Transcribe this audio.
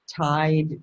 tied